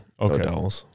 Okay